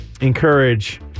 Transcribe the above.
encourage